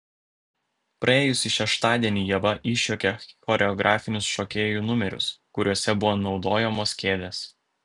praėjusį šeštadienį ieva išjuokė choreografinius šokėjų numerius kuriuose buvo naudojamos kėdės